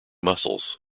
muscles